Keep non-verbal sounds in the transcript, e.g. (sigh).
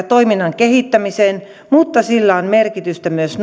(unintelligible) toiminnan kehittämiseen mutta sillä on merkitystä myös (unintelligible)